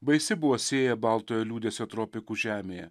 baisi buvo sėja baltojo liūdesio tropikų žemėje